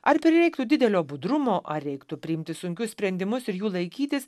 ar prireiktų didelio budrumo ar reiktų priimti sunkius sprendimus ir jų laikytis